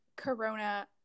corona